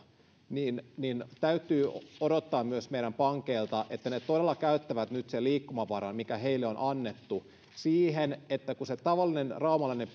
niin niin täytyy odottaa myös meidän pankeilta että ne todella käyttävät nyt sen liikkumavaran mikä niille on annettu siihen että kun se tavallinen raumalainen